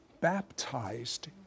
baptized